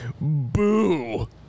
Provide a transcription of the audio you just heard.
boo